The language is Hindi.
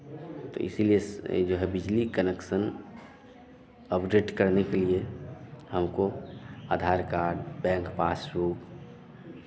इसीलिए इस जो है बिजली कनेक्शन अपडेट करने के लिए हमको आधार कार्ड बैंक पासबुक